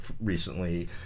recently